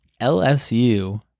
LSU